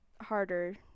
harder